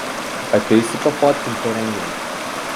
ateisi pafotkint per renginį